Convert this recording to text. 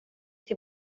till